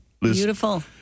Beautiful